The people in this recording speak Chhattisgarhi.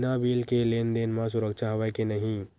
बिना बिल के लेन देन म सुरक्षा हवय के नहीं?